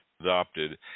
adopted